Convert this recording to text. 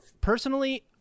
personally